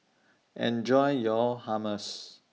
Enjoy your Hummus